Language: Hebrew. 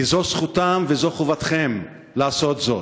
כי זו זכותם וזו חובתכם לעשות זאת.